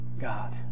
God